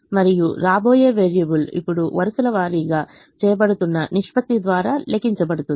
మరియు రాబోయే వేరియబుల్ ఇప్పుడు వరుసల వారీగా చేయబడుతున్న నిష్పత్తి ద్వారా లెక్కించబడుతుంది